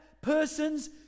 person's